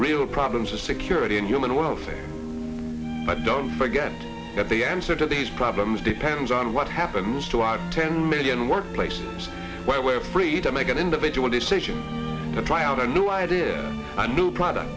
real problems of security and human welfare but don't forget that the answer to these problems depends on what happens to our ten million work places where freedom of an individual decision to try out a new idea a new product